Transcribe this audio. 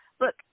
Look